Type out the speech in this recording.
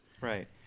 Right